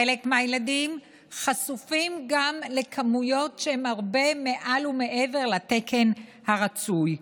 חלק מהילדים חשופים גם לכמויות שהן הרבה מעל ומעבר לתקן הרצוי.